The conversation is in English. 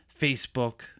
Facebook